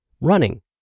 running